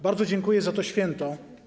Bardzo dziękuję za to święto.